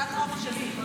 זו הטראומה שלי.